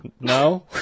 No